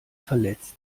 verletzt